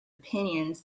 opinions